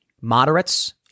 moderates